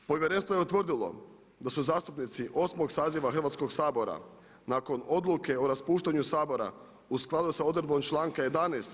Povjerenstvo je utvrdilo da su zastupnici 8. saziva Hrvatskog sabora nakon odluke o raspuštanju Sabora u skladu sa odredbom članka 11.